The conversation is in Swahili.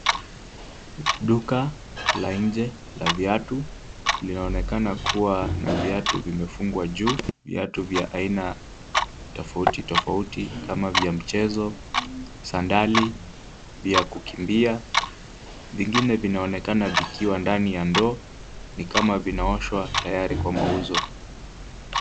Duka la nje la viatu linaonekana kuwa na viatu imefungwa juu. Viatu vya aina tofauti tofauti kama vya mchezo, sandali ya kukimbia, vingine vinaonekana vikiwa ndani ya ndoo ni kama vinaoshwa tayari kwa mauzo.